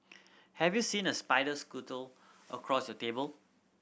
have you seen a spider scuttle across your table